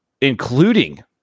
including